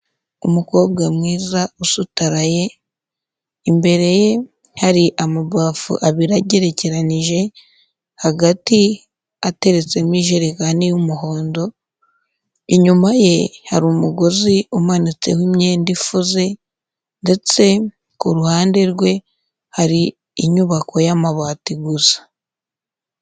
Umukobwa mwiza usutaraye imbere ye hari amabafu abiri agerekeranije hagati hateretsemo ijerikani y'umuhondo, inyuma ye hari umugozi umanitseho imyenda ifuze ndetse ku ruhande rwe hari inyubako y'amabati gusa.